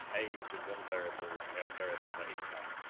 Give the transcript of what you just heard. age is one variable and another variable is ah income,